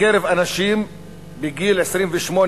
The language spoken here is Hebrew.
בקרב אנשים בגיל 23 28,